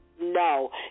No